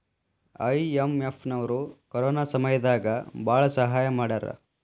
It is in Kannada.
ಐ.ಎಂ.ಎಫ್ ನವ್ರು ಕೊರೊನಾ ಸಮಯ ದಾಗ ಭಾಳ ಸಹಾಯ ಮಾಡ್ಯಾರ